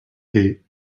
gate